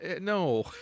no